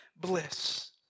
bliss